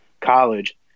college